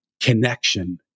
Connection